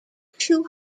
two